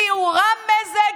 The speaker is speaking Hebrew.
כי הוא רע מזג,